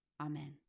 Amen